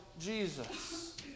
Jesus